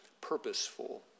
purposeful